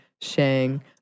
Shang